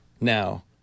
Now